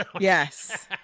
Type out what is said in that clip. Yes